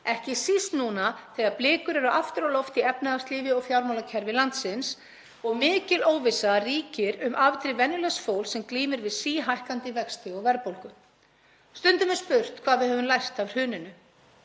ekki síst núna þegar blikur eru aftur á loft í efnahagslífi og fjármálakerfi landsins og mikil óvissa ríkir um afdrif venjulegs fólks sem glímir við síhækkandi vexti og verðbólgu. Stundum er spurt hvað við höfum lært af hruninu.